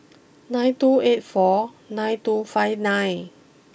nine two eight four nine two five nine